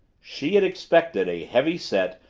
she had expected a heavy-set,